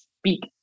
speak